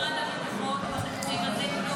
כמה זה למשרד הביטחון בתקציב הזה ---?